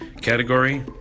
category